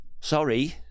Sorry